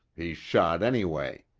he shot anyway.